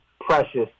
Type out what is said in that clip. precious